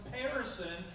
comparison